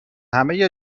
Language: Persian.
همه